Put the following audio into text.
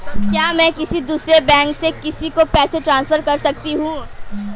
क्या मैं किसी दूसरे बैंक से किसी को पैसे ट्रांसफर कर सकती हूँ?